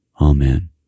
Amen